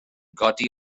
godi